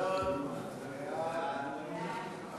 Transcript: ההצעה להעביר את הצעת